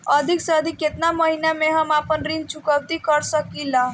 अधिक से अधिक केतना महीना में हम आपन ऋण चुकता कर सकी ले?